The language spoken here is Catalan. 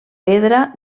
pedra